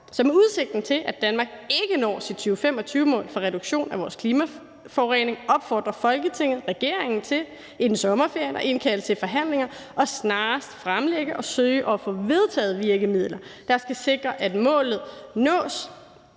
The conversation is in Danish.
Så med udsigten til, at Danmark ikke når vores 2025-mål for reduktion af vores klimaforurening, opfordrer Folketinget regeringen til inden sommerferien at indkalde til forhandlinger og snarest fremlægge og søge at få vedtaget virkemidler, der skal sikre, at vi når